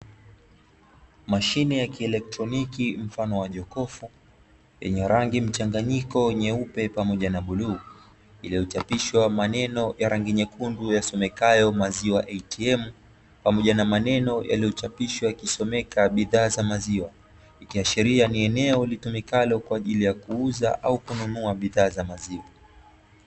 Mashine ya kielektroniki mfano wa jokofu yenye rangi mchanganyiko nyeupe pamoja na bluu iliyochapishwa maneno ya rangi nyekundu yasomekayo "maziwa ATM "pamoja na maneno yaliyochapishwa yakisomeka "bidhaa za maziwa" ,ikiashiria ni wnwo kwa ajili ya kuuza au kununua bidhaa za maziwa.